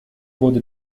wurde